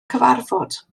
cyfarfod